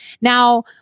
Now